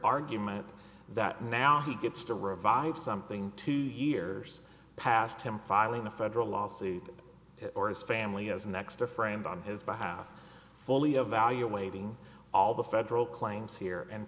argument that now he gets to revive something two years past him filing a federal lawsuit or his family is next to a friend on his behalf fully evaluating all the federal claims here and